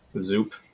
zoop